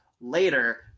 later